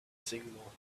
signal